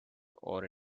are